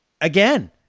again